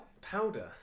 Powder